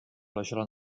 ležela